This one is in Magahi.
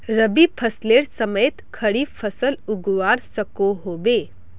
रवि फसलेर समयेत खरीफ फसल उगवार सकोहो होबे?